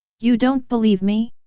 you don't believe me?